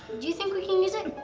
do you think we can use it?